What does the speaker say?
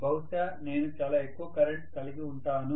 బహుశా నేను చాలా ఎక్కువ కరెంటు కలిగి ఉంటాను